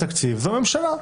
זו הממשלה.